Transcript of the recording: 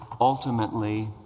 ultimately